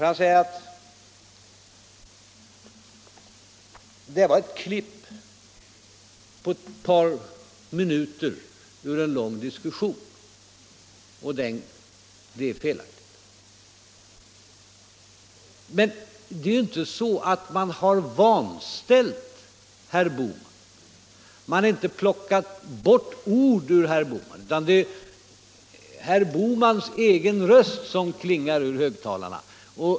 Han säger att det var ett klipp på ett par minuter ur en lång diskussion och att det var felaktigt. Men man har ju inte vanställt herr Bohman. Man har inte plockat bort ord från herr Bohmans uttalande. Det är herr Bohmans egen röst som klingar ur högtalarna.